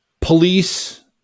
Police